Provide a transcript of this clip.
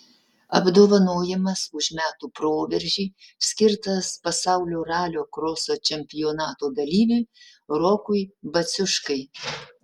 apdovanojimas už metų proveržį skirtas pasaulio ralio kroso čempionato dalyviui rokui baciuškai